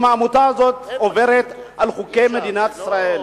אם העמותה הזאת עוברת על חוקי מדינת ישראל.